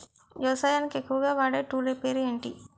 వ్యవసాయానికి ఎక్కువుగా వాడే టూల్ పేరు ఏంటి?